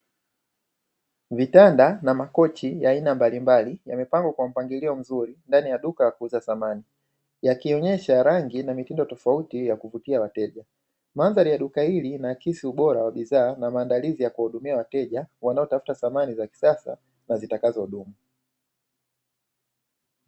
Vitanda na makochi ya aina mbalimbali yamepangwa kwa mpangilio mzuri ndani ya duka la kuuza samani, yakionyesha rangi na mitindo tofauti ya kuvutia wateja, mandhari ya duka hili inaakisi ubora wa bidhaa na maandalizi ya kuwahudumia wateja wanaotafuta samani za kisasa na zitakazodumu.